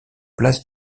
place